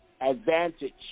advantage